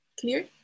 Clear